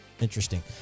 Interesting